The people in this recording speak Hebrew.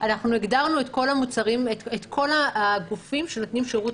אנחנו הגדרנו את כל הגופים שנותנים שירות